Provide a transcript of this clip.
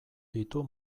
ditu